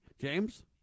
James